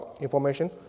information